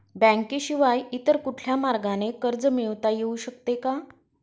बँकेशिवाय इतर कुठल्या मार्गाने कर्ज मिळविता येऊ शकते का?